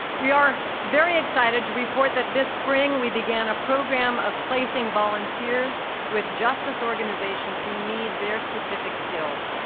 we are very excited to report that this spring we began a program of placing volunteers with justice organizations who need their specific skills.